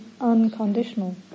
unconditional